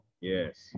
Yes